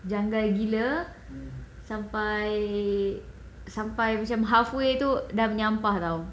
janggal gila sampai sampai macam halfway tu dah menyampah [tau]